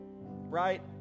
Right